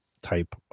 type